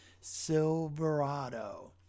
Silverado